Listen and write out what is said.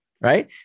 Right